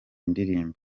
ndirimbo